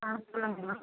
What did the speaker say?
ஆ சொல்லுங்கள்ம்மா